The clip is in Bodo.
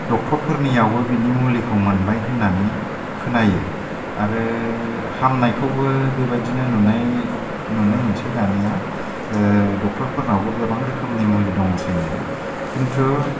डकटर फोरनियावबो बेनि मुलिखौ मोनबाय होननानै खोनायो आरो हामनायखौबो बेबायदिनो नुनाय नुनो मोनसै दानिया डकटर फोरनावबो गोबां रोखोमनि मुलि दंङ सैनो किनथु